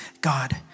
God